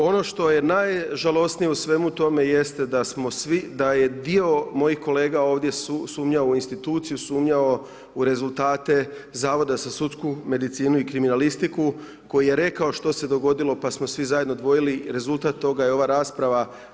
Ono što je najžalosnije u svemu tome, jeste da smo svi, da je dio mojih kolega ovdje sumnjao u instituciju, sumnjao u rezultate zavoda za sudsku medicinu i kriminalistiku, koji je rekao, što se dogodilo, pa smo svi zajedno dvojili, rezultat toga je ova rasprava.